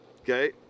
Okay